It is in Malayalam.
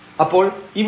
അപ്പോൾ ഇവിടെ 2yx2